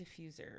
diffuser